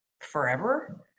forever